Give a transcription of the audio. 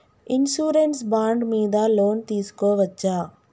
Insurance bond మీద loan తీస్కొవచ్చా?